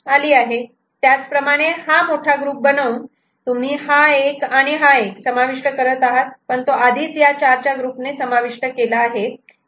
त्याचप्रमाणे हा मोठा ग्रुप बनवून तुम्ही हा 1 आणि हा 1 समाविष्ट करत आहात पण तो आधीच या 4 च्या ग्रुपने समाविष्ट केले आहे